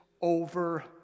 over